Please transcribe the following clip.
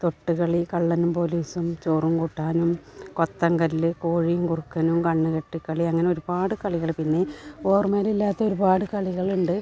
തൊട്ടു കളി കള്ളനും പോലീസും ചോറും കൂട്ടാനും കൊത്തൻ കല്ല് കോഴിയും കുറുക്കനും കണ്ണു കെട്ടിക്കളി അങ്ങനൊരുപാട് കളികൾ പിന്നെ ഓർമ്മയിലില്ലാത്ത ഒരുപാട് കളികളുണ്ട്